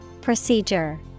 Procedure